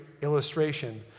illustration